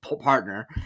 partner